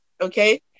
okay